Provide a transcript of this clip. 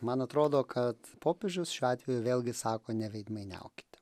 man atrodo kad popiežius šiuo atveju vėlgi sako neveidmainiaukite